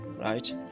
right